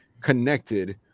connected